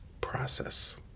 process